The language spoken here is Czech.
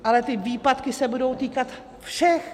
Ale ty výpadky se budou týkat všech.